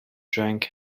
drank